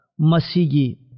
masigi